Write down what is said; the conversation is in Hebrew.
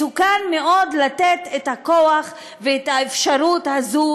מסוכן מאוד לתת את הכוח ואת האפשרות הזאת,